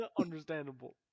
Understandable